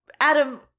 adam